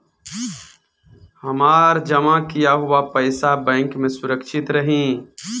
हमार जमा किया हुआ पईसा बैंक में सुरक्षित रहीं?